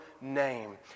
name